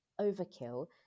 overkill